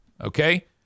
okay